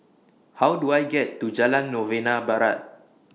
How Do I get to Jalan Novena Barat